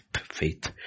faith